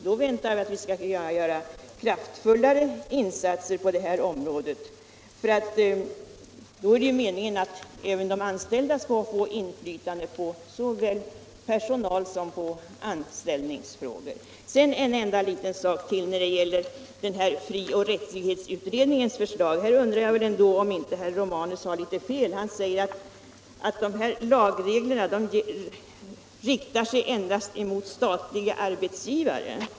Då skall vi kunna göra kraftfullare insatser på detta område. Meningen är att även de anställda skall få inflytande på såväl personalsom anställningsfrågor. När det gäller frioch rättighetsutredningens förslag undrar jag om inte herr Romanus har litet fel. Han säger att lagreglerna riktar sig endast mot statliga arbetsgivare.